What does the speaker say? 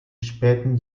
späten